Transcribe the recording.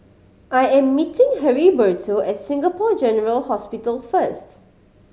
I am meeting Heriberto at Singapore General Hospital first